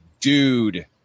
dude